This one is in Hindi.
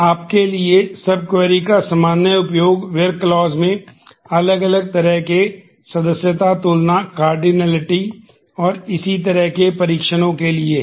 आपके लिए सब क्वेरी और इसी तरह के परीक्षणों के लिए है